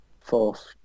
fourth